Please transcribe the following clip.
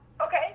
okay